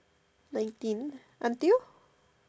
nineteen until